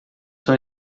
são